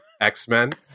X-Men